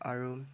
আৰু